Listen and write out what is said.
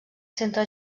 centre